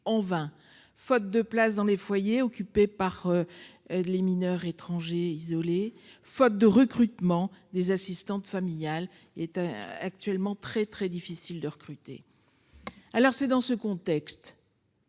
en vain, faute de place dans les foyers occupés par. Les mineurs étrangers isolés. Faute de recrutement des assistantes familiales était actuellement très très difficile de recruter. Alors c'est dans ce contexte.